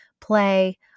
play